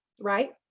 right